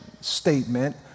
statement